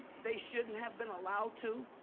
they shouldn't have been allowed to.